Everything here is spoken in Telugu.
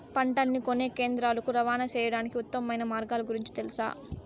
పంటలని కొనే కేంద్రాలు కు రవాణా సేయడానికి ఉత్తమమైన మార్గాల గురించి తెలుసా?